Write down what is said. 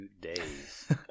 days